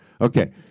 Okay